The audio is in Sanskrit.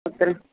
तत्र